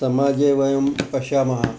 समाजे वयं पश्यामः